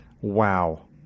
Wow